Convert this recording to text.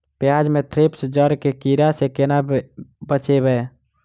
प्याज मे थ्रिप्स जड़ केँ कीड़ा सँ केना बचेबै?